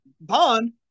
bond